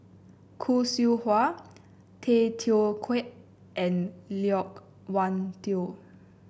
Khoo Seow Hwa Tay Teow Kiat and Loke Wan Tho